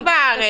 לא בארץ